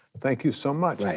thank you so much.